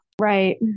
Right